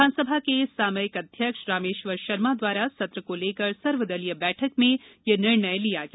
विधानसभा के सामयिक अध्यक्ष रामेश्वर शर्मा द्वारा सत्र को लेकर सर्वदलीय बैठक में यह निर्णय लिया गया